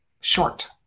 Short